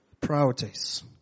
Priorities